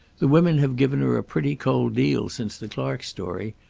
the women have given her a pretty cold deal since the clark story.